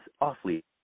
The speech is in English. awfully